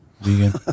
Vegan